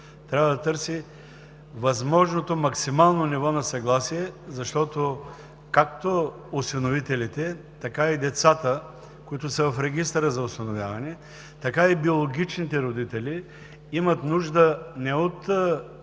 трябва да се търси възможното максимално ниво на съгласие. Защото както осиновителите, така и децата, които са в Регистъра за осиновяване, и биологичните родители имат нужда не от